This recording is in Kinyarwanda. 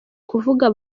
kuvuga